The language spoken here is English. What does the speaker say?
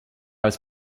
was